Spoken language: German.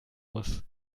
muss